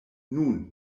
nun